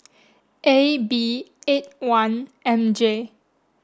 A B eight one M J